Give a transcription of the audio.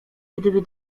gdyby